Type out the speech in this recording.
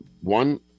one